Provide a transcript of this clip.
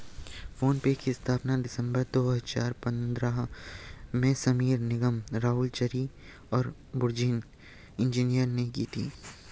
phone पे की स्थापना दिसंबर दो हजार पन्द्रह में समीर निगम, राहुल चारी और बुर्जिन इंजीनियर ने की थी